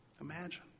imagine